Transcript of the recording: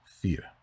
fear